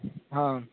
હા